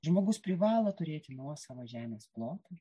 žmogus privalo turėti nuosavą žemės plotą